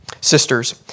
sisters